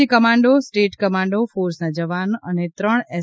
જી commando state commando ફોર્સના જવાન અને ત્રણ એસ